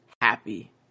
happy